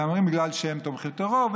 אלא אומרים: בגלל שהם תומכי טרור.